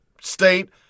state